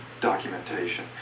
documentation